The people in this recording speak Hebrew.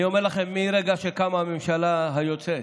אני אומר לכם, מהרגע שקמה הממשלה היוצאת,